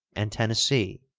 and tennessee,